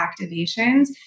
activations